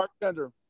bartender